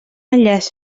enllaç